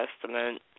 Testament